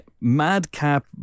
madcap